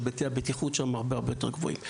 שהיבטי הבטיחות שם הרבה יותר גבוהים.